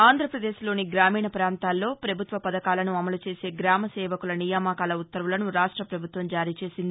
ఆంధ్రప్రదేశ్లోని గ్రామీణ ప్రాంతాల్లో ప్రభుత్వ వథకాలను అమలు చేసే గ్రామ సేవకుల నియామకాల ఉత్తర్వులను రాష్ట ప్రభుత్వం నిన్న జారీ చేసింది